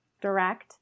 direct